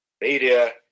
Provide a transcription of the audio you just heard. media